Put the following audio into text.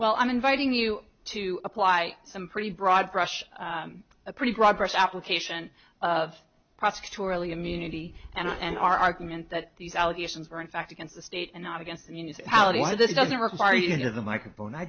well i'm inviting you to apply some pretty broad brush a pretty broad brush application of immunity and an argument that these allegations are in fact against the state and not against municipality why this doesn't require you know the microphone i